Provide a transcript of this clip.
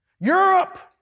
Europe